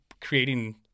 creating